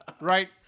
Right